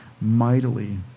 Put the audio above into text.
mightily